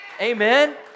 amen